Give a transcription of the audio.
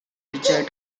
richard